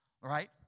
Right